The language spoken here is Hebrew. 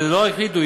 לא החליטו,